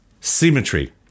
symmetry